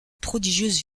prodigieuse